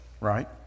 right